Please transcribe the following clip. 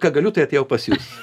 ką galiu tai atėjau pas jus